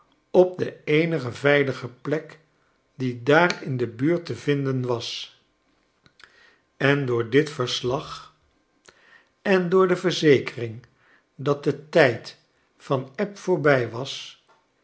op de eenige veilige plek die daar in de buurt te vinden was en door dit verslag en door de verzekering dat de tijd van de eb voorbij was